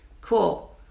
Cool